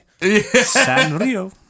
Sanrio